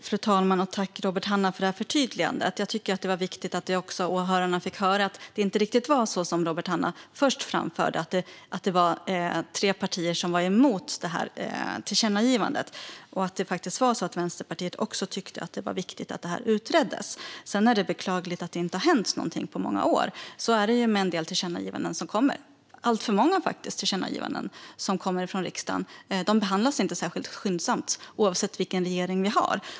Fru talman! Tack för förtydligandet, Robert Hannah! Jag tyckte att det var viktigt att åhörarna fick höra att det inte riktigt var så som Robert Hannah först framförde, att tre partier var emot tillkännagivandet. Vänsterpartiet tyckte faktiskt också att det var viktigt att det utreddes. Det är beklagligt att det inte har hänt någonting på många år. Så är det med en del, faktiskt alltför många, tillkännagivanden från riksdagen. De behandlas inte särskilt skyndsamt, oavsett vilken regering vi har.